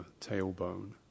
tailbone